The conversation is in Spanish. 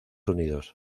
unidos